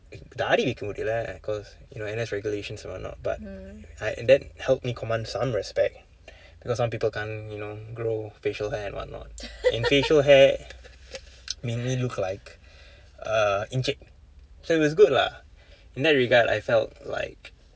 தாடி வைக்க முடியில:thaadi vaikka mudiyila cause you know N_S regulations and what not but I that helped me command some respect because some people can't you know grow facial hair and what not in facial hair mainly look like a encik so it was good lah in that regard I felt like